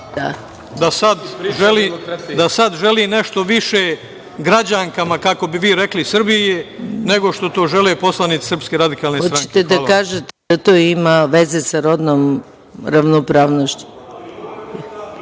da sada želi nešto više građankama, kako bi vi rekli, Srbije, nego što to žele poslanici SRS. **Maja Gojković** Hoćete da kažete da to ima veze sa rodnom ravnopravnošću